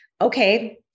Okay